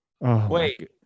Wait